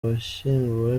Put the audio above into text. washyinguwe